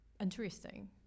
interesting